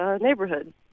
neighborhood